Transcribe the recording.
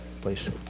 please